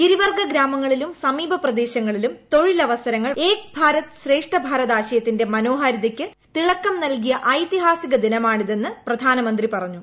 ഗിരിവർഗ്ഗ ഗ്രാ്മുങ്ങളിലും സമീപ പ്രദേശങ്ങളിലും തൊഴിലവസരങ്ങൾ വർധിക്കുറും ഏക് ഭാരത് ശ്രേഷ്ഠ ഭാരത് ആശയത്തിന്റെ മനോഹാരിയ്ക്ക് തിളക്കം നൽകിയ ഐതിഹാസിക ദിനമാണിതെന്ന് പ്രധാനിമുത്തി പറഞ്ഞു